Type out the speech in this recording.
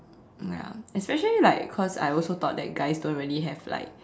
ya especially like cause I also thought that guys don't really have like